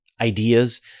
ideas